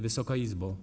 Wysoka Izbo!